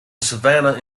savannah